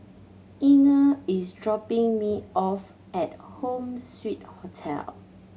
Inger is dropping me off at Home Suite Hotel